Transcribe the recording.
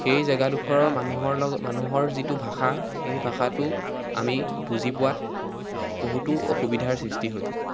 সেই জেগাডোখৰৰ মানুহৰ লগত মানুহৰ যিটো ভাষা সেই ভাষাটো আমি বুজি পোৱাত বহুতো অসুবিধাৰ সৃষ্টি হৈছিল